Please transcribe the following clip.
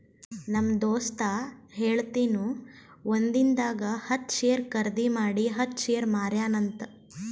ನಮ್ ದೋಸ್ತ ಹೇಳತಿನು ಒಂದಿಂದಾಗ ಹತ್ತ್ ಶೇರ್ ಖರ್ದಿ ಮಾಡಿ ಹತ್ತ್ ಶೇರ್ ಮಾರ್ಯಾನ ಅಂತ್